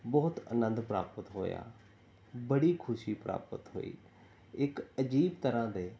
ਬਹੁਤ ਆਨੰਦ ਪ੍ਰਾਪਤ ਹੋਇਆ ਬੜੀ ਖੁਸ਼ੀ ਪ੍ਰਾਪਤ ਹੋਈ ਇੱਕ ਅਜੀਬ ਤਰ੍ਹਾਂ ਦੇ